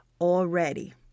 already